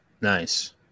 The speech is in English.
Nice